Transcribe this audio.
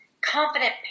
confident